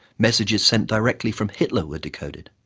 messages sent directly from hitler were decoded.